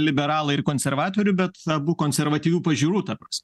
liberalai ir konservatorių bet abu konservatyvių pažiūrų ta prasme